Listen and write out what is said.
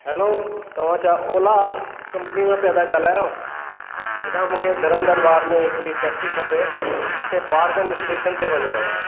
hello तव्हां छा Ola company मां पिया था ॻाल्हायो हेॾां मूंखे धर्म दरबार में हिकिड़ी टैक्सी खपे मूंखे पहाड़ गंज स्टेशन ते वञिणो आहे